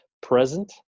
present